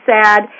sad